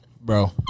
Bro